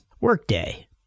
Workday